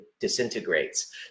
disintegrates